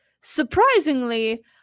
surprisingly